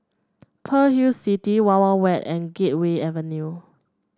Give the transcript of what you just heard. Pearl's Hill City Wild Wild Wet and Gateway Avenue